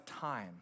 time